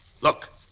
look